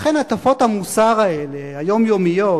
לכן, הטפות המוסר האלה, היומיומיות,